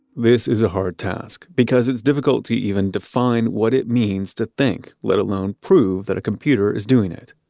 this is a hard task, because it's difficult to even define what it means to think, let alone prove that a computer is doing it.